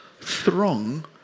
throng